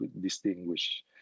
distinguish